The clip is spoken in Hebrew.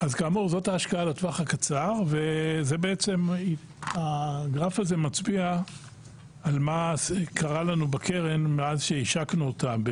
זאת ההשקעה לטווח הקצר והגרף מצביע על מה קרה לנו בקרן מאז שהשקנו אותה.